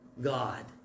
God